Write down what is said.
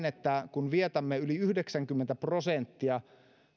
että kun vietämme yli yhdeksänkymmentä prosenttia